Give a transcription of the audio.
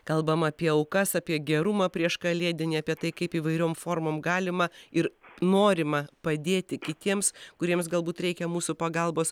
kalbam apie aukas apie gerumą prieškalėdinį apie tai kaip įvairiom formom galima ir norima padėti kitiems kuriems galbūt reikia mūsų pagalbos